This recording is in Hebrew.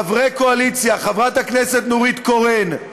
חברי קואליציה, חברת הכנסת נורית קורן,